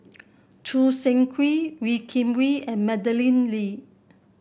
Choo Seng Quee Wee Kim Wee and Madeleine Lee